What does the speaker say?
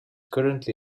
currently